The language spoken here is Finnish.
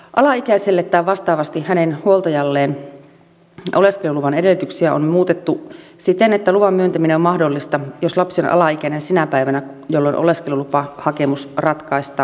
alaikäiselle tai vastaavasti hänen huoltajalleen oleskeluluvan edellytyksiä on muutettu siten että luvan myöntäminen on mahdollista jos lapsi on alaikäinen sinä päivänä jolloin oleskelulupahakemus ratkaistaan